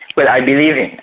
but i believe him.